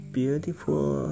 beautiful